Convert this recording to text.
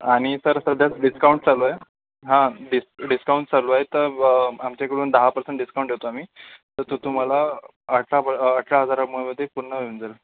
आणि सर सध्या डिस्काउंट चालू आहे हां डीस डिस्काउंट चालू आहे तर आमच्याकडून दहा पर्सेंट डिस्काउंट देतो आहे आम्ही तर तु तुम्हाला अठरा पर अठरा हजारामध्ये पूर्ण येऊन जाईल